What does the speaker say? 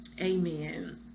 amen